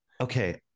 Okay